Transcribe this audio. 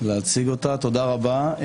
תודה רבה.